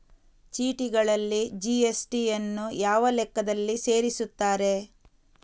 ಚೀಟಿಗಳಲ್ಲಿ ಜಿ.ಎಸ್.ಟಿ ಯನ್ನು ಯಾವ ಲೆಕ್ಕದಲ್ಲಿ ಸೇರಿಸುತ್ತಾರೆ?